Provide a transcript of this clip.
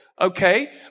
okay